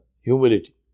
Humility